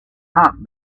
hot